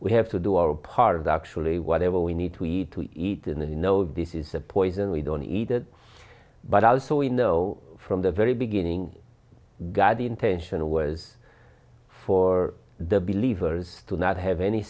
we have to do our part of actually whatever we need to eat to eat and then you know this is a poison we don't need it but also we know from the very beginning god intention was for the believers to not have any